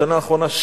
בשנה האחרונה,